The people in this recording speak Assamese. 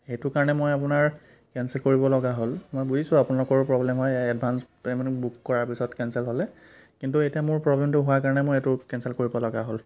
সেইটো কাৰণে মই আপোনাৰ কেনচেল কৰিব লগা হ'ল মই বুজিছোঁ আপোনালোকৰো প্ৰবলেম হয় এডভান্স পে'মেন্ট বুক কৰাৰ পাছত কেনচেল হ'লে কিন্তু এতিয়া মোৰ প্ৰবলেমটো হোৱা কাৰণে মোৰ এইটো কেনচেল কৰিব লগা হ'ল